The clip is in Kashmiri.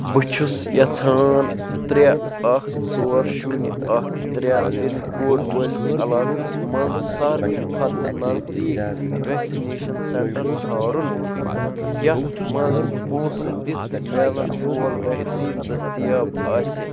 بہٕ چھُس یژھان ترٛےٚ اَکھ ژور شوٗنہِ اَکھ ترٛےٚ پِن کوڈ وٲلِس علاقس مَنٛز ساروٕے کھۄتہٕ نزدیٖک ویٚکسِنیشن سیٚنٹر ژھارُن یتھ مَنٛز پونٛسہٕ دِتھ میلَن وول ویٚکسیٖن دٔستِیاب آسہِ